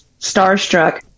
starstruck